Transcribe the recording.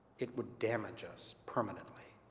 it would damage us permanently.